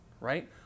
right